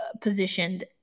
positioned